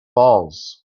falls